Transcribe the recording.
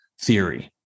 theory